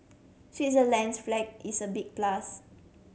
Switzerland's flag is a big plus